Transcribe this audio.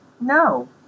No